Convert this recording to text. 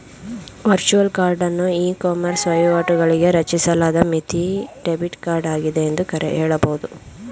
virtual ಕಾರ್ಡನ್ನು ecommerce ವಹಿವಾಟುಗಳಿಗಾಗಿ ರಚಿಸಲಾದ ಮಿತಿ ಡೆಬಿಟ್ ಕಾರ್ಡ್ ಆಗಿದೆ ಎಂದು ಹೇಳಬಹುದು